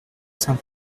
saint